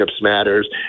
matters